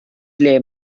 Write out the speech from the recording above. ble